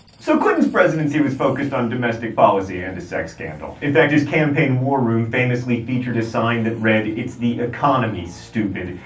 so clinton's presidency was focused on domestic policy and a sex scandal in fact his campaign war room famously featured a sign that read it's the economy, stupid.